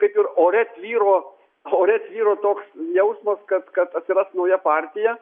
kaip ir ore tvyro ore tvyro toks jausmas kad kad atsiras nauja partija